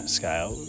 scale